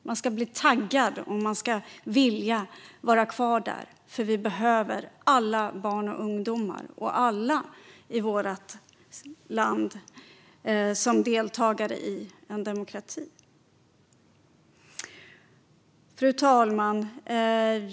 Man ska bli taggad och vilja vara kvar där, för vi behöver alla barn och ungdomar, alla i vårt land, som deltagare i demokratin. Fru talman!